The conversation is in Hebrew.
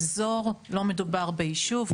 "אזור" לא מדובר ביישוב.